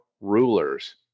rulers